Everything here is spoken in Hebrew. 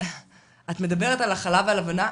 את מדברת על הכלה ועל הבנה.